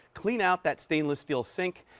cleeb out that stainless steel sink.